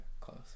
close